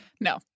No